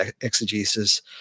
exegesis